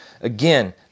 Again